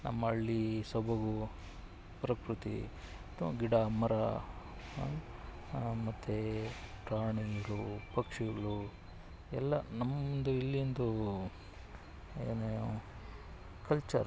ನಮ್ಮ ಹಳ್ಳಿ ಸೊಬಗು ಪ್ರಕೃತಿ ಅಥ್ವಾ ಗಿಡ ಮರ ಮತ್ತೆ ಪ್ರಾಣಿಗಳು ಪಕ್ಷಿಗಳು ಎಲ್ಲ ನಮ್ಮದು ಇಲ್ಲಿಂದು ಏನು ಕಲ್ಚರ